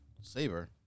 saber